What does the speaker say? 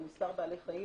על מספר בעלי חיים